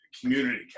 community